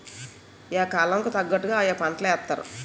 yeah కాలం కి తగ్గట్టుగా ఆయా పంటలేత్తారు